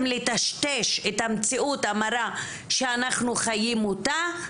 לטשטש את המציאות המרה שאנחנו חיים אותה.